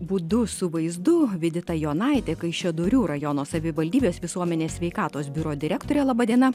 būdu su vaizdu vidita jonaitė kaišiadorių rajono savivaldybės visuomenės sveikatos biuro direktorė laba diena